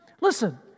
Listen